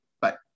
Bye